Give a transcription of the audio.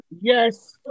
yes